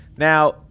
Now